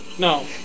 No